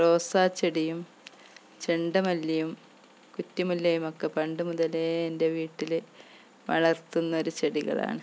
റോസാച്ചെടിയും ചെണ്ടുമല്ലിയും കുറ്റി മുല്ലയുമൊക്കെ പണ്ടുമുതലേ എൻ്റെ വീട്ടില് വളർത്തുന്നൊരു ചെടികളാണ്